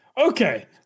Okay